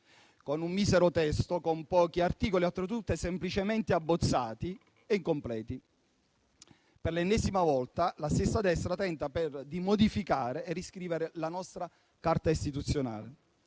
con un misero testo, con pochi articoli, oltretutto semplicemente abbozzati e incompleti. Per l'ennesima volta, la stessa destra tenta di modificare e riscrivere la nostra Carta costituzionale.